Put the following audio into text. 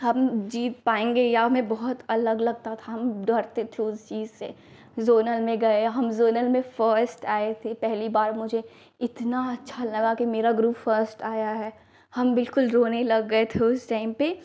हम जीत पाएँगे यह हमें बहुत अलग लगता था डरते थे इस चीज़ से हम ज़ोनल में गए हम ज़ोनल में फर्स्ट आए थे पहली बार मुझे इतना अच्छा लगा कि मेरा ग्रुप फ़र्स्ट आया है हम बिल्कुल रोने लग गए थे उस टाइम पर